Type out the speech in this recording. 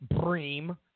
Bream